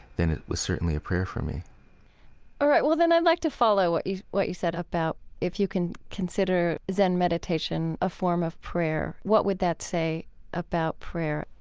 then it was certainly a prayer for me all right. well, then, i'd like to follow what you what you said about if you can consider zen meditation a form of prayer. what would that say about prayer?